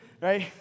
Right